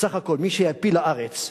בסך הכול, מי שהעפיל לארץ,